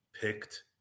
picked